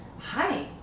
Hi